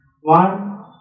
One